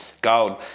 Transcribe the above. Gold